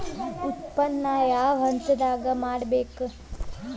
ಉತ್ಪನ್ನ ಯಾವ ಹಂತದಾಗ ಮಾಡ್ಬೇಕ್?